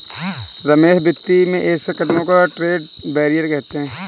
रमेश वित्तीय में ऐसे कदमों को तो ट्रेड बैरियर कहते हैं